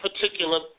particular